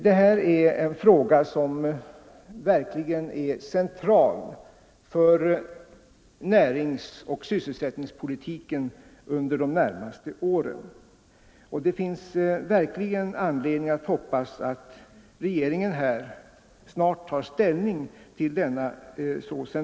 Detta är en central fråga för näringsoch sysselsättningspolitiken under de närmaste åren, och det finns verkligen anledning hoppas att regeringen snart tar ställning till den frågan.